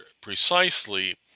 precisely